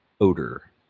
odor